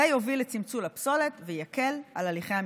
יוביל לצמצום הפסולת ויקל על הליכי המחזור.